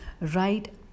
right